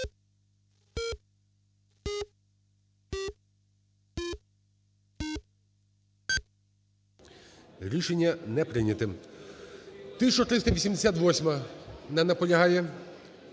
Рішення не прийнято. 1391-а. Не наполягає.